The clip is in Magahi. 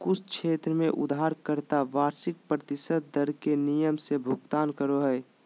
कुछ क्षेत्र में उधारकर्ता वार्षिक प्रतिशत दर के नियम से भुगतान करो हय